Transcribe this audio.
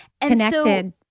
Connected